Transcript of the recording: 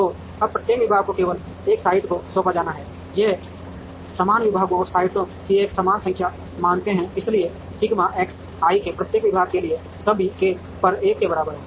तो अब प्रत्येक विभाग को केवल एक साइट को सौंपा जाना है हम समान विभागों और साइटों की एक समान संख्या मानते हैं इसलिए सिग्मा एक्स ik प्रत्येक विभाग के लिए सभी k पर 1 के बराबर है